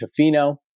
Tofino